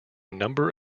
number